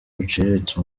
buciriritse